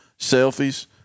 selfies